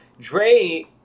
Dre